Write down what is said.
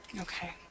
Okay